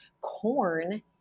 corn